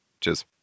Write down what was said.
Cheers